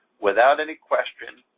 without any question,